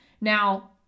Now